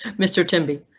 mr tim b.